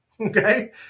okay